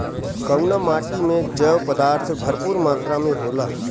कउना माटी मे जैव पदार्थ भरपूर मात्रा में होला?